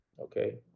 Okay